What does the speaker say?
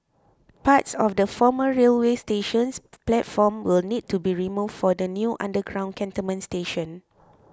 parts of the former railway station's platform will need to be removed for the new underground cantonment station